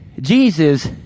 Jesus